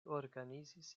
organizis